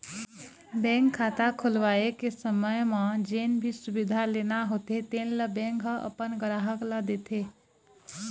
bank खाता खोलवाए के समे म जेन भी सुबिधा लेना होथे तेन ल बेंक ह अपन गराहक ल देथे